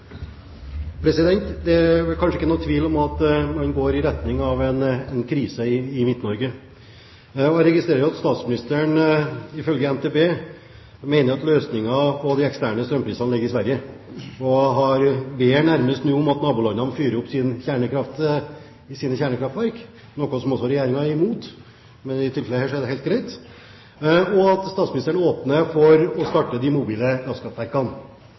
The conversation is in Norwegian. Det er vel kanskje ikke noen tvil om at man går i retning av en krise i Midt-Norge. Jeg registrerer at statsministeren ifølge NTB mener at løsningen på de ekstreme strømprisene ligger i Sverige. Han ber nå nærmest om at nabolandene fyrer opp sine kjernekraftverk – som Regjeringen er imot, men i dette tilfellet er det helt greit – og han åpner for å starte de mobile gasskraftverkene.